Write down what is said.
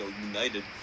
united